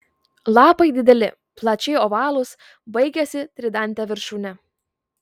lapai dideli plačiai ovalūs baigiasi tridante viršūne